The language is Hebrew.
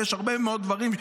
ויש הרבה מאוד דברים,